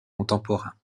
contemporain